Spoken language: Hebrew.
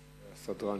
זה יהיה יותר מעניין.